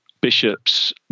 bishops